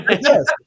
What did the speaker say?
Yes